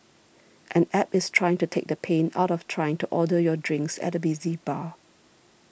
an App is trying to take the pain out of trying to order your drinks at a busy bar